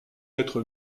être